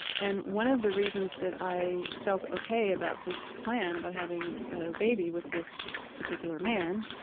and one of the reasons that i felt okay about this plan, about having a baby with this particular man,